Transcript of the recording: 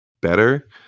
better